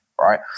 right